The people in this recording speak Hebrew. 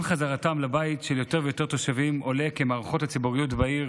עם חזרתם לבית של יותר ויותר תושבים עולה כי המערכות הציבוריות בעיר,